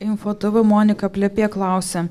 info tv monika plepė klausia